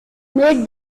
made